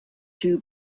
two